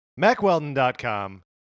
MacWeldon.com